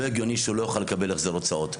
לא הגיוני שהוא לא יוכל לקבל החזר הוצאות.